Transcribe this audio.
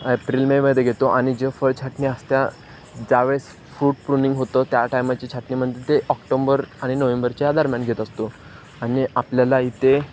April मेमध्ये घेतो आणि जे फळ छाटणी असते ज्यावेळेस फ्रूट प्रूनिंग होतं त्या टायमाची छटणीमध्ये ते ऑक्टोंबर आणि नोव्हेंबरच्या दरम्यान घेत असतो आणि आपल्याला इथे